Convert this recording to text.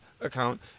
account